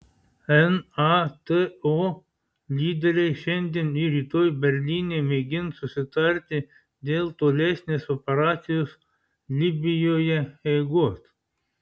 nato lyderiai šiandien ir rytoj berlyne mėgins susitarti dėl tolesnės operacijos libijoje eigos